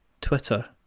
Twitter